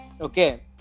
okay